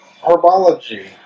herbology